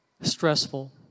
stressful